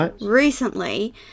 recently